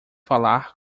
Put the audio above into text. falar